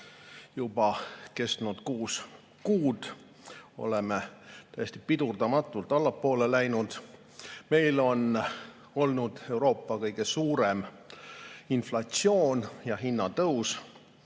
juba kuus kuud, oleme täiesti pidurdamatult allapoole läinud. Meil on olnud Euroopa kõige suurem inflatsioon ja hinnatõus,